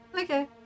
Okay